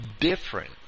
different